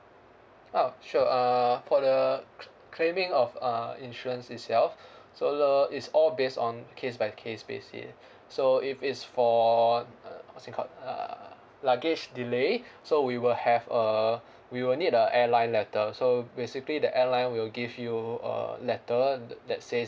ah sure uh for the cl~ claiming of uh insurance itself so uh it's all based on case by case basis so if it's for uh what's it called uh luggage delay so we will have a we will need the airline letter so basically the airline will give you a letter that that says